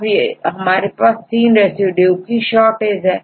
अब हमारे पास तीन रिड्यूस की शॉर्टेज है